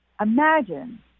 Imagine